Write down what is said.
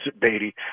Beatty